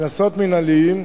קנסות מינהליים,